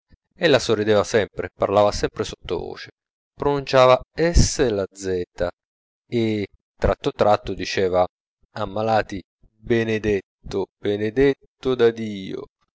ella sorrideva sempre parlava sempre sottovoce pronunciava s la z e tratto tratto diceva a malati benedeto benedeto da dio